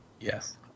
Yes